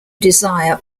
desire